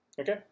okay